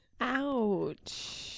Ouch